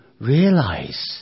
realize